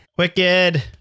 Wicked